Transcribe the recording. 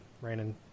raining